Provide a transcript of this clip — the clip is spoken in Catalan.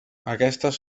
aquestes